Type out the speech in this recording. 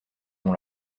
nom